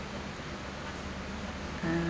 ugh